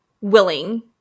willing